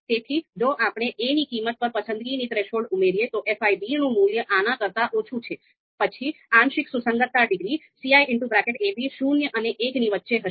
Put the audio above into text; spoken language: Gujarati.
તેથી જો આપણે a ની કિંમત પર પસંદગીની થ્રેશોલ્ડ ઉમેરીએ તો fi નું મૂલ્ય આના કરતા ઓછું છે પછી આંશિક સુસંગતતા ડિગ્રી ciab શૂન્ય અને એકની વચ્ચે હશે